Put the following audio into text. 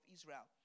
Israel